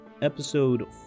Episode